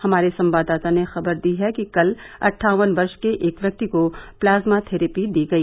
हमारे सवाददाता ने खबर दी है कि कल अटठावन वर्ष के एक व्यक्ति को प्लाज्मा थेरेपी दी गई